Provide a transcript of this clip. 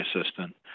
assistant